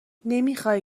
نمیخای